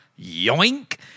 yoink